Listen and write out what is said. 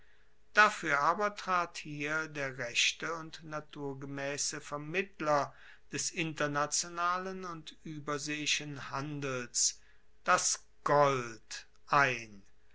dafuer aber trat hier der rechte und naturgemaesse vermittler des internationalen und ueberseeischen handels das gold ein